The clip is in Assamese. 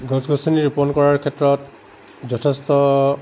গছ গছনি ৰোপন কৰাৰ ক্ষেত্ৰত যথেষ্ট